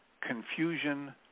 confusion